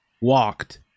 walked